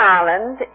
Ireland